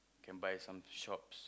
can buy some shops